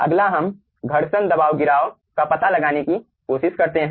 अगला हम घर्षण दबाव गिराव का पता लगाने की कोशिश करते हैं